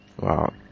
Wow